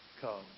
Come